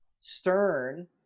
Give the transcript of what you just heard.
Stern